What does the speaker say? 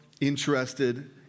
interested